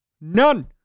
none